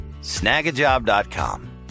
snagajob.com